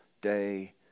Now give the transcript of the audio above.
day